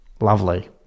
lovely